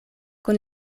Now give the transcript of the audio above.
kun